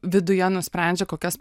viduje nusprendžia kokias